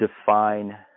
define